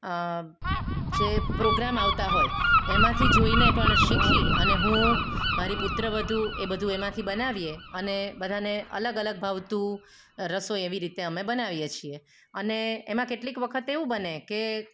જે પ્રોગ્રામ આવતા હોય એમાંથી જોઈને પણ શીખી અને હું મારી પુત્રવધુ એ બધું એમાંથી બનાવીએ અને બધાને અલગ અલગ ભાવતું રસોઈ એવી રીતે અમે બનાવીએ છીએ અને એમાં કેટલીક વખતે એવું બને કે